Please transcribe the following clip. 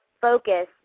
focus